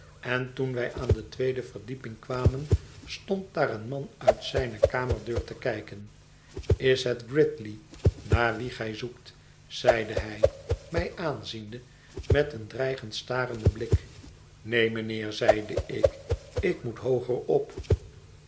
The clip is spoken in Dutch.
en toen wij aan de tweede verdieping kwamen stond daar een man uit zijne kamerdeur te kijken is het gridley naar wien gij zoekt zeide hij mij aanziende met een dreigend starenden blik neen mijnheer zeide ik ik moet hoogerop